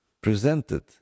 presented